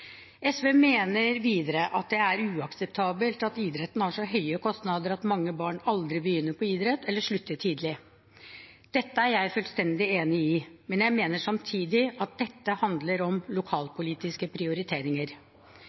SV mener videre at det er uakseptabelt at idretten har så høye kostnader at mange barn aldri begynner med idrett eller slutter tidlig. Dette er jeg fullstendig enig i, men jeg mener samtidig at det handler om lokalpolitiske prioriteringer.